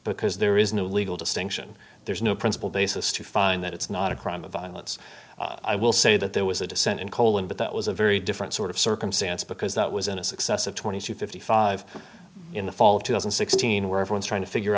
because there is no legal distinction there's no principle basis to find that it's not a crime of violence i will say that there was a dissent in poland but that was a very different sort of circumstance because that was in a successive twenty to fifty five in the fall of two thousand and sixteen where everyone's trying to figure